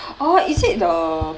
orh is it the